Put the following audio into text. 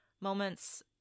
moments